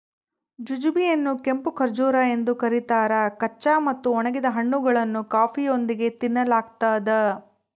jujube ಯನ್ನುಕೆಂಪು ಖರ್ಜೂರ ಎಂದು ಕರೀತಾರ ಕಚ್ಚಾ ಮತ್ತು ಒಣಗಿದ ಹಣ್ಣುಗಳನ್ನು ಕಾಫಿಯೊಂದಿಗೆ ತಿನ್ನಲಾಗ್ತದ